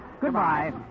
Goodbye